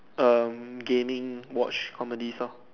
um gaming watch comedies lor